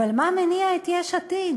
אבל מה מניע את יש עתיד?